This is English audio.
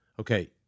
okay